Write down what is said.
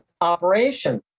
operation